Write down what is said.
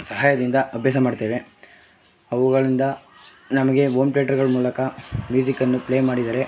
ಸಹಾಯದಿಂದ ಅಭ್ಯಾಸ ಮಾಡ್ತೇವೆ ಅವುಗಳಿಂದ ನಮಗೆ ಹೋಮ್ ತೇಟ್ರ್ಗಳ ಮೂಲಕ ಮ್ಯೂಸಿಕನ್ನು ಪ್ಲೇ ಮಾಡಿದರೆ